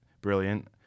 brilliant